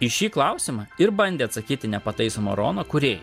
į šį klausimą ir bandė atsakyti nepataisomo rono kurėjai